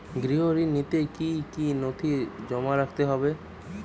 গৃহ ঋণ নিতে কি কি নথি জমা রাখতে হবে?